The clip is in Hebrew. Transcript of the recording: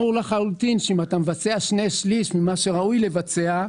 ברור לחלוטין שאם אתה מבצע שני שליש ממה שראוי לבצע,